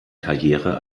karriere